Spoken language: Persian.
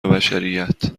بشریت